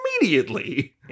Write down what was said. immediately